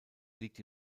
liegt